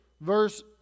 Verse